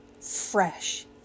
fresh